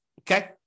Okay